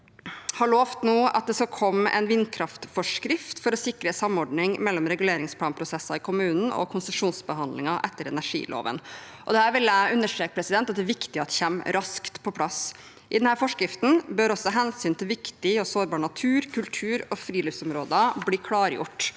har nå lovt at det skal komme en vindkraftforskrift for å sikre samordning mellom reguleringsplanprosesser i kommunen og konsesjonsbehandlinger etter energiloven. Jeg vil understreke at det er viktig at dette kommer raskt på plass. I denne forskriften bør også hensynet til viktig og sårbar natur, kultur og friluftsområder bli klargjort,